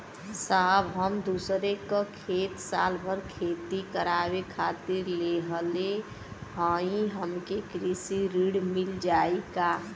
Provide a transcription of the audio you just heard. साहब हम दूसरे क खेत साल भर खेती करावे खातिर लेहले हई हमके कृषि ऋण मिल जाई का?